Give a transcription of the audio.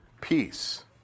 peace